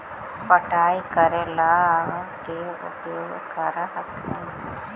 पटाय करे ला अहर्बा के भी उपयोग कर हखिन की?